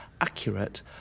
accurate